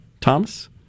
Thomas